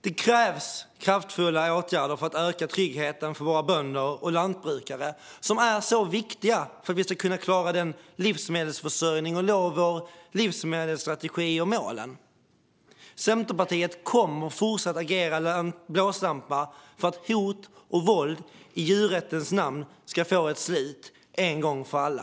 Det krävs kraftfulla åtgärder för att öka tryggheten för våra bönder och lantbrukare, som är så viktiga för att vi ska kunna klara livsmedelsförsörjningen och nå målen i vår livsmedelsstrategi. Centerpartiet kommer att fortsätta agera blåslampa för att hot och våld i djurrättens namn ska få ett slut en gång för alla.